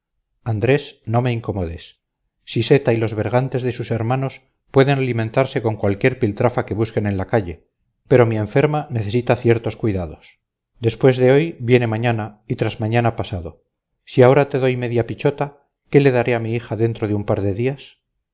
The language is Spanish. andrés no me incomodes siseta y los bergantes de sus hermanos pueden alimentarse con cualquier piltrafa que busquen en la calle pero mi enferma necesita ciertos cuidados después de hoy viene mañana y tras mañana pasado si ahora te doy media pichota qué le daré a mi hija dentro de un par de días